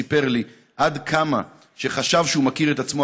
סיפר לי שעד כמה שחשב שהוא מכיר את עצמו,